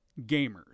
gamers